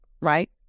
right